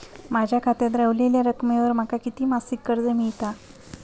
माझ्या खात्यात रव्हलेल्या रकमेवर माका किती मासिक कर्ज मिळात?